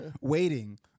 waiting